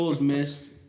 missed